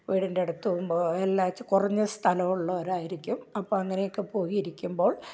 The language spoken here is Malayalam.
വീടിൻ്റെ അടുത്തും പോ എല്ലാമായിട്ട് കുറഞ്ഞ സ്ഥലം ഉള്ളവരായിരിക്കും അപ്പം അങ്ങനെ ഒക്കെ പോയി ഇരിക്കുമ്പോൾ